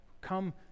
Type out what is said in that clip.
Come